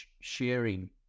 sharing